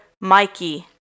Mikey